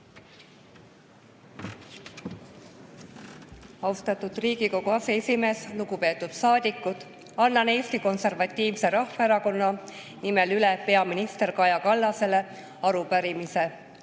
Austatud Riigikogu aseesimees! Lugupeetud saadikud! Annan Eesti Konservatiivse Rahvaerakonna nimel peaminister Kaja Kallasele üle arupärimise,